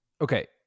Okay